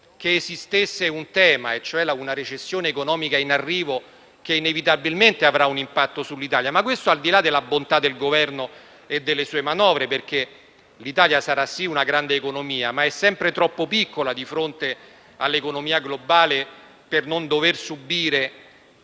che è in arrivo una recessione economica che inevitabilmente avrà un impatto sull'Italia, al di là della bontà del Governo e delle sue manovre, perché L'Italia sarà, sì, una grande economia ma è sempre troppo piccola di fronte all'economia globale per non dover subire